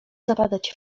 zapadać